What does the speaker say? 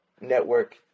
network